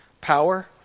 power